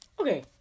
Okay